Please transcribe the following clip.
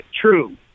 true